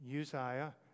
Uzziah